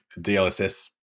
DLSS